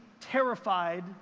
terrified